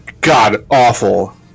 god-awful